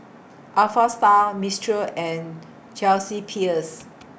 Alpha Style Mistral and Chelsea Peers